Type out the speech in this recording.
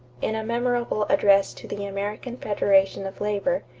in a memorable address to the american federation of labor,